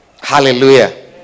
Hallelujah